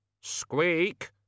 Squeak